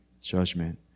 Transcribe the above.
judgment